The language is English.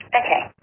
ok.